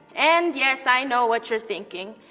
and yes, i know what you're thinking,